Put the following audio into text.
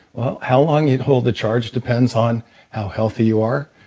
how long you hold the charge depends on how healthy you are.